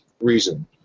reason